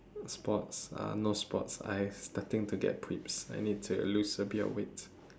sports uh no sports I starting to get I need to lose a bit of weight